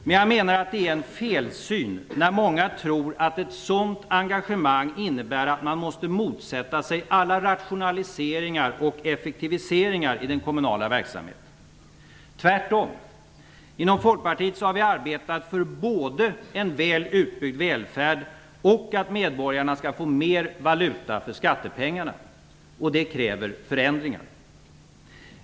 Men jag menar att det är en felsyn när många tror att ett sådant engagemang innebär att man måste motsätta sig alla rationaliseringar och effektiviseringar i den kommunala verksamheten. Tvärtom: inom Folkpartiet har vi arbetat för både en väl utbyggd välfärd och att medborgarna skall få mer valuta för skattepengarna. Det kräver förändringar.